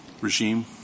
regime